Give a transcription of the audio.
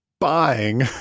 buying